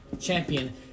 champion